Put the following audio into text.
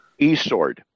eSword